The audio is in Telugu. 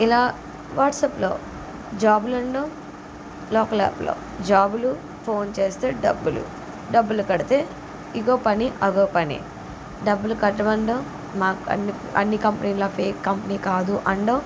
ఇలా వాట్సప్లో జాబ్లు ఎన్నో లోకల్ యాప్లో జాబ్లు ఫోన్ చేస్తే డబ్బులు డబ్బులు కడితే ఇదిగో పని అదిగో పని డబ్బులు కట్టమండం అన్ని కంపెనీలా ఫేక్ కంపెనీ కాదు అనడం